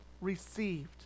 received